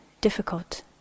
difficult